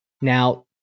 Now